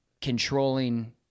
controlling